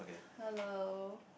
hello